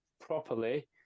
properly